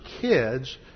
kids